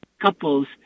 couples